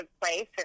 place